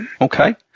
Okay